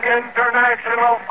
international